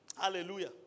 Hallelujah